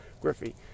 Griffey